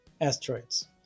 asteroids